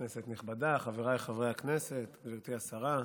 כנסת נכבדה, חבריי חברי הכנסת, גברתי השרה,